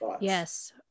Yes